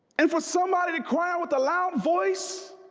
and for somebody to cry with a loud voice